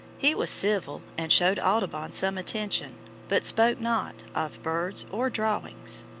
he was civil, and showed audubon some attention, but spoke not of birds or drawings.